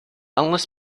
unless